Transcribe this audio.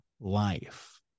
life